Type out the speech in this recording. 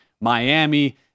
Miami